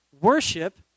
Worship